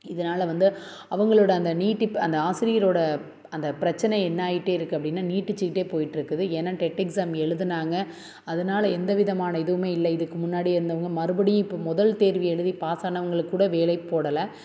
இதனால் வந்து அவங்களோடய அந்த நீட்டிப்பு அந்த ஆசிரியரோடய அந்த பிரச்சனை என்னாகிட்டே இருக்குது அப்படினா நீட்டித்துக்கிட்டே போயிட்டு இருக்குது ஏன்னால் டெட் எக்ஸாம் எழுதினாங்க அதனால எந்த விதமான இதுவுமே இல்லை இதுக்கு முன்னாடி இருந்தவங்க மறுபடியும் இப்போ முதல் தேர்வு எழுதி பாஸானவங்களுக்கு கூட வேலை போடலை